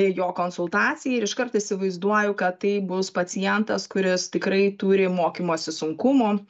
jo konsultacijai ir iškart įsivaizduoju kad tai bus pacientas kuris tikrai turi mokymosi sunkumų